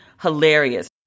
hilarious